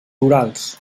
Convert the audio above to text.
urals